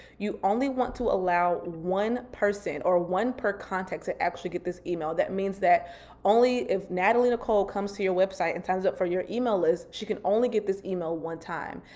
you only want to allow one person or one per context to actually get this email. that means that only if nataleh nicole comes to your website and signs up for your email list, she can only get this email one time.